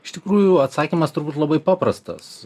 iš tikrųjų atsakymas turbūt labai paprastas